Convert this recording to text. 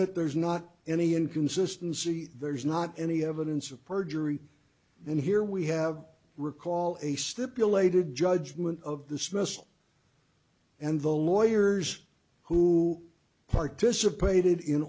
it there's not any inconsistency there's not any evidence of perjury and here we have recall a stipulated judgment of the smiths and the lawyers who participated in